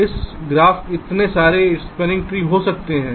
तो इस ग्राफ के लिए इतने सारे स्पॅनिंग ट्री हो सकते हैं